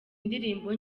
indirimbo